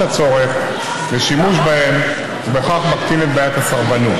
הצורך בשימוש בהן ובכך מקטין את בעיית הסרבנות.